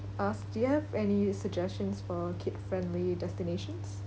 ask do you have any suggestions for kid friendly destinations